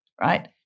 right